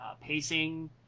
pacing